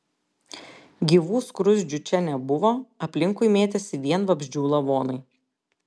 gyvų skruzdžių čia nebuvo aplinkui mėtėsi vien vabzdžių lavonai